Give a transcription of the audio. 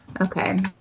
Okay